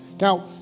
Now